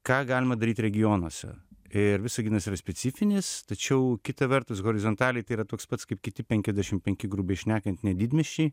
ką galima daryt regionuose ir visaginas yra specifinis tačiau kita vertus horizontaliai tai yra toks pats kaip kiti penkiasdešim penki grubiai šnekant ne didmiesčiai